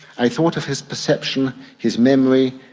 i thought of his perception, his memory,